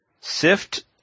SIFT